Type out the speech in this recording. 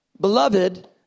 Beloved